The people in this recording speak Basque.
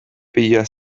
piloa